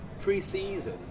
pre-season